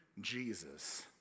Jesus